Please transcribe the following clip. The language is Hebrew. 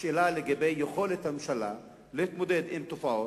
שאלה לגבי יכולת הממשלה להתמודד עם תופעות,